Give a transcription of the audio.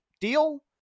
deal